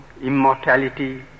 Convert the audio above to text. immortality